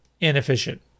inefficient